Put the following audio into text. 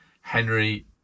Henry